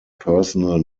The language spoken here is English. personal